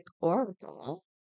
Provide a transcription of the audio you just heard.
Oracle